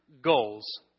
goals